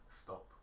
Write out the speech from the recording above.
Stop